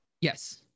Yes